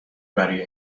برای